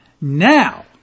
Now